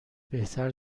بهتر